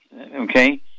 okay